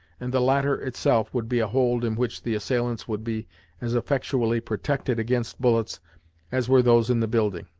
and the latter itself would be a hold in which the assailants would be as effectually protected against bullets as were those in the building.